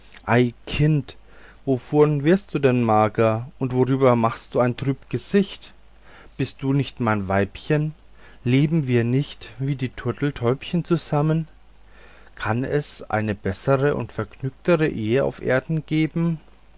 kind und wovon wirst du denn mager und worüber machst du ein trüb gesicht bist du nicht mein weibchen leben wir nicht wie die turteltäubchen zusammen kann es eine bessere und vergnügtere ehe auf erden geben